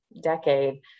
decade